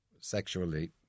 sexually